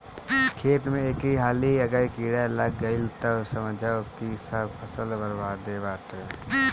खेत में एक हाली अगर कीड़ा लाग गईल तअ समझअ की सब फसल बरबादे बाटे